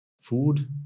food